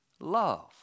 love